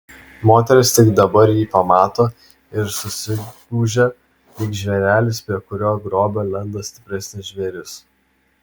moteris tik dabar jį pamato ir susigūžia lyg žvėrelis prie kurio grobio lenda stipresnis žvėris